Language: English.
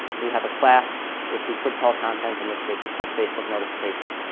we have a class which we could call content. in this case, it's called facebook notification,